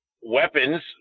weapons